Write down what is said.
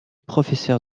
professeur